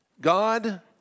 God